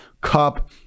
Cup